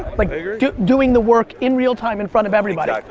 like doing the work in real time in front of everybody.